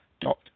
dot